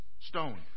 stone